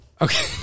Okay